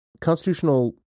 constitutional